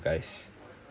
guys